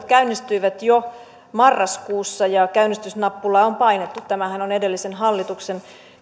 käynnistyivät jo marraskuussa ja käynnistysnappulaa on painettu tämähän on edellisen hallituksen